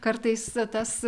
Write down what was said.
kartais tas